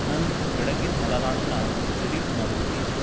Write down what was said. ನನ್ನ ಬೆಳಗ್ಗಿನ ಅಲಾರಂನ ಡಿಲೀಟ್ ಮಾಡು ಪ್ಲೀಸ್